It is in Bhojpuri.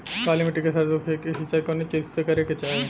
काली मिट्टी के सरसों के खेत क सिंचाई कवने चीज़से करेके चाही?